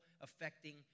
affecting